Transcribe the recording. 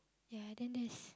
ya then there's